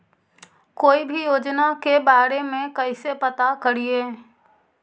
कोई भी योजना के बारे में कैसे पता करिए?